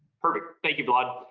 perfect, thank you, vlad.